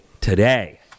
today